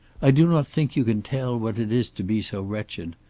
i do not think you can tell what it is to be so wretched.